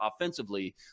offensively